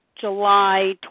July